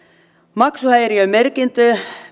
maksuhäiriömerkintöjä